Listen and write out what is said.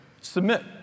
submit